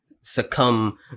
succumb